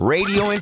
Radio